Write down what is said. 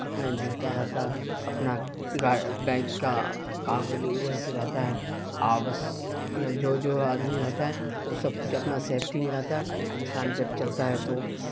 اپنا جوتا رہتا ہے اپنا گائے بینک کا کاغذ ووگج رہتا ہے آ بس جو جو آدمی رہتا ہے وہ سب کچھ اپنا سیپٹی میں رہتا ہے انسان جب چلتا ہے تو